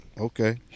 Okay